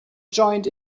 joint